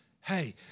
hey